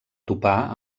topar